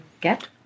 get